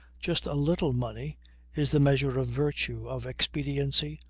just a little money is the measure of virtue, of expediency,